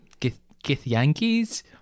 Githyanki's